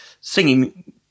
singing